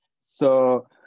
So-